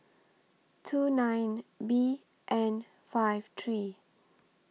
two nine B N five three